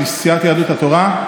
של סיעת יהדות התורה.